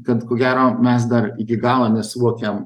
kad ko gero mes dar iki galo nesuvokiam